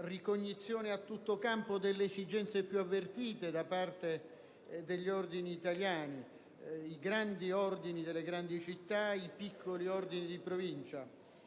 ricognizione a tutto campo delle esigenze più avvertite da parte degli ordini italiani: dai grandi ordini delle grandi città ai piccoli ordini di provincia.